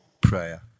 prayer